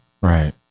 Right